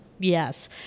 Yes